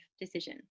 decision